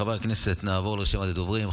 חברי הכנסת, נעבור לרשימת הדוברים.